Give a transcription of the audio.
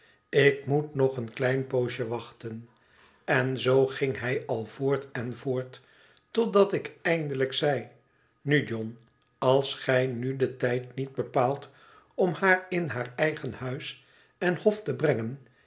ik moet nog een klein poosje wachten en zoo ging hij al voort en voort totdat ik emdelijk zei nu john als gij nu den tijd niet bepaalt om haar in haar eigen huis en hof te breigen